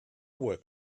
work